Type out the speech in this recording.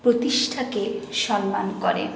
প্রতিষ্ঠাকে সম্মান করে